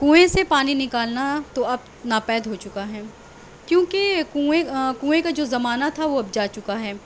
کنویں سے پانی نکالنا اب تو ناپید ہو چکا ہے کیونکہ کنویں کنویں کا جو زمانہ تھا وہ اب جا چکا ہے